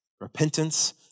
Repentance